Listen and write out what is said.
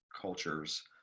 cultures